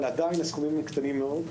אבל עדיין הסכומים קטנים מאוד.